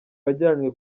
wajyanywe